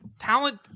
talent